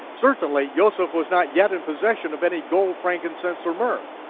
certainly yoseph was not yet in possession of any gold, frankincense, or myrrh.